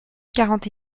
quarante